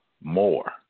more